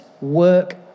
work